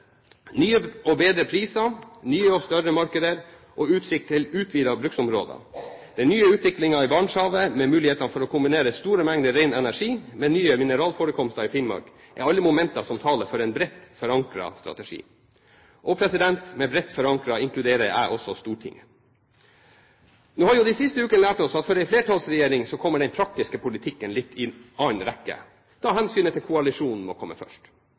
Nye og bedre priser, nye og større markeder og utsikt til utvidede bruksområder og den nye utviklingen i Barentshavet, med muligheter for å kombinere store mengder ren energi med nye mineralforekomster i Finnmark, er alle momenter som taler for en bredt forankret strategi, og i bredt forankret inkluderer jeg også Stortinget. De siste ukene har lært oss at for en flertallsregjering kommer den praktiske politikken litt i annen rekke, da hensynet til koalisjonen må komme først.